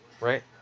right